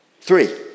three